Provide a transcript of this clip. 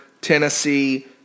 Tennessee